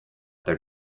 their